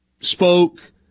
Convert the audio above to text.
spoke